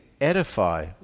edify